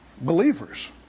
Believers